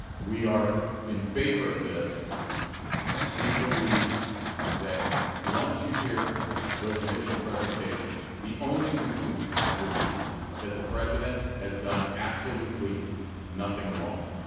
we are in favor of this we believe that once you hear those initial presentations, the only conclusion will be that the president has done absolutely nothing wrong.